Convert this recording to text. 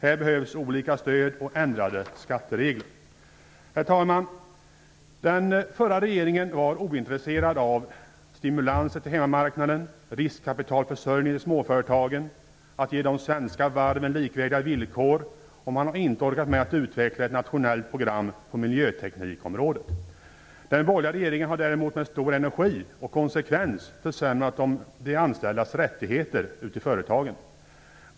Här behövs olika stöd och ändrade skatteregler. Herr talman! Den förra regeringen var ointresserad av stimulanser till hemmamarknaden, riskkapitalförsörjning i småföretagen, att ge de svenska varven likvärdiga villkor. Man har inte orkat med att utveckla ett nationellt program på miljöteknikområdet. Den borgerliga regeringen har däremot med stor energi och konsekvens försämrat de anställdas rättigheter ute i företagen.